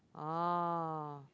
oh